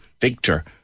Victor